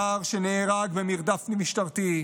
נער שנהרג במרדף משטרתי.